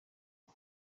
ubu